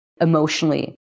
emotionally